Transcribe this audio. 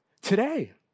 Today